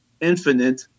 Infinite